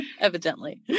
Evidently